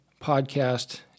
podcast